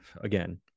again